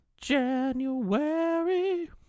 January